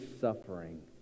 suffering